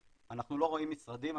אנחנו לא רואים משרדים,